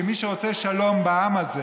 שמי שרוצה שלום בעם הזה